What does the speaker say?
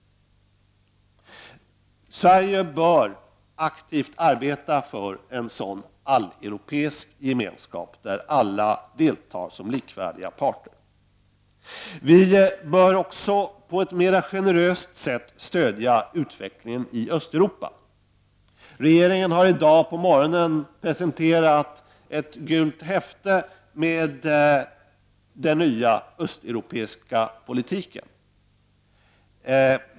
Sverige bör aktivt arbeta för en sådan alleuropeisk gemenskap, där alltså alla deltar som likvärdiga parter. Vi bör också på ett mera generöst sätt stödja utvecklingen i Östeuropa. Regeringen har i dag på morgonen presenterat ett gult häfte med information om den nya östeuropeiska politiken.